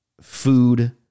food